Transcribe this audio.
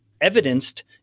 evidenced